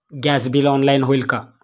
Gas bill online होईल का?